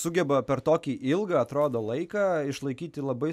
sugeba per tokį ilgą atrodo laiką išlaikyti labai